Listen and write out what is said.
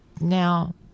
now